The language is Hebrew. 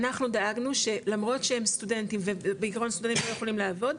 אנחנו דאגנו שלמרות שהם סטודנטים ובעיקרון סטודנטים לא יכולים לעבוד,